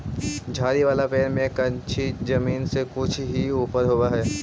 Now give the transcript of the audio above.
झाड़ी वाला पेड़ में कंछी जमीन से कुछे ही ऊपर होवऽ हई